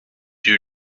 you